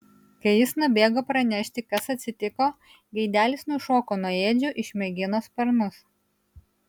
kai jis nubėgo pranešti kas atsitiko gaidelis nušoko nuo ėdžių išmėgino sparnus